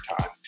time